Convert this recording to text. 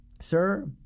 sir